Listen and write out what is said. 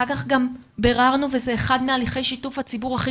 אחר כך גם ביררנו וזה אחד מהליכי שיתוף הציבור הכי